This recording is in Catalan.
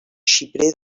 xiprer